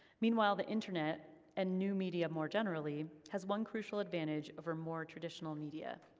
meanwhile, the internet, and new media more generally, has one crucial advantage over more traditional media.